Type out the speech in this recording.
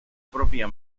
propia